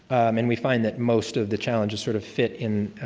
and we find that most of the challenges sort of fit in